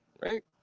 right